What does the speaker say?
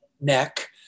neck